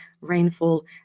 rainfall